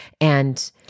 And-